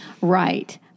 Right